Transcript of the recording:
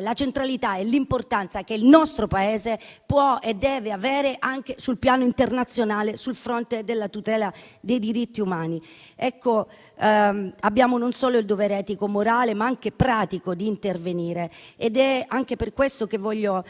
la centralità e l'importanza che il nostro Paese può e deve avere, anche sul piano internazionale, sul fronte della tutela dei diritti umani. Abbiamo non solo il dovere etico-morale, ma anche pratico di intervenire. È anche per questo che voglio